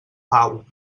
pau